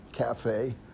Cafe